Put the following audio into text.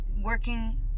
working